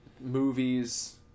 movies